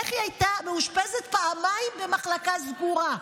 איך היא הייתה מאושפזת פעמיים במחלקה סגורה,